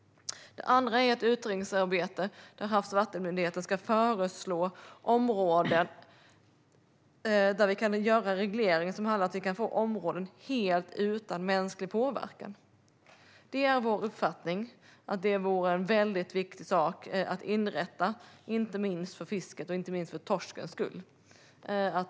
Det andra uppdraget är ett utredningsarbete där Havs och vattenmyndigheten ska föreslå områden där man kan göra en reglering för att få områden helt utan mänsklig påverkan. Det är vår uppfattning att det vore viktigt att inrätta sådana områden, inte minst för fiskets och torskens skull.